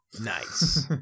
nice